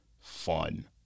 fun